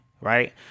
right